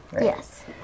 Yes